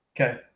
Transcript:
Okay